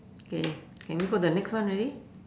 okay can we go to the next one already